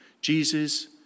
Jesus